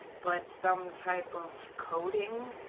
but some type of coding,